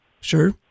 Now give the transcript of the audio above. sure